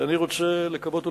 אני רוצה לקוות ולהתפלל,